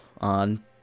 on